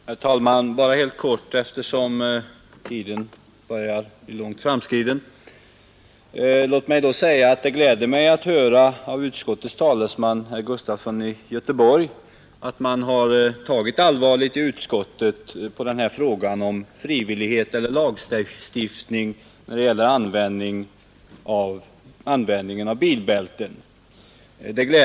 Herr talman! Bara helt kort, eftersom tiden börjar bli långt framskriden. Låt mig säga att det gläder mig att höra av utskottets talesman herr Gustafson i Göteborg att man i utskottet har tagit allvarligt på frågan om frivillighet eller lagstiftning när det gäller användningen av bilbälten.